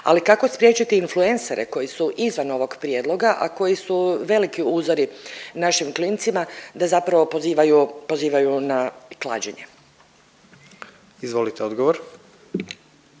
Ali kako spriječiti influensere koji su izvan ovog prijedloga, a koji su veliki uzori našim klincima da zapravo pozivaju na klađenje? **Jandroković,